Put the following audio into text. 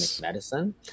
medicine